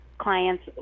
clients